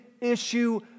issue